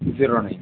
zero nine